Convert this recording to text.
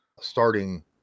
starting